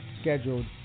scheduled